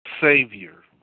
Savior